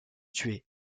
tuer